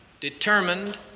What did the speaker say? determined